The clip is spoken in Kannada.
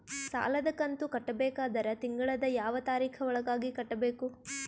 ಸಾಲದ ಕಂತು ಕಟ್ಟಬೇಕಾದರ ತಿಂಗಳದ ಯಾವ ತಾರೀಖ ಒಳಗಾಗಿ ಕಟ್ಟಬೇಕು?